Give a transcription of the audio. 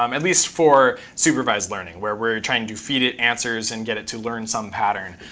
um at least for supervised learning where we're trying to feed it answers and get it to learn some pattern,